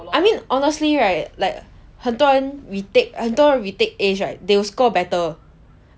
I mean honestly right like 很多人 retake 很多人 retake As right they will score better